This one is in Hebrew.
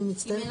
אני מצטערת,